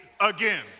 again